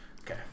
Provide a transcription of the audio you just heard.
Okay